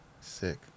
Sick